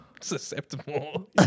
susceptible